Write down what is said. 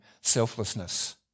selflessness